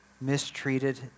mistreated